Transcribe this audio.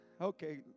Okay